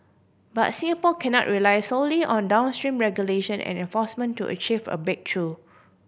but Singapore cannot rely solely on downstream regulation and enforcement to achieve a breakthrough